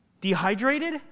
dehydrated